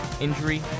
injury